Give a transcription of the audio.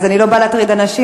אז אני לא באה להטריד אנשים.